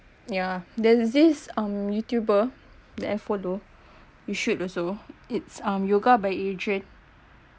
ya there's this um youtuber that I follow you should also it's um yoga by adriene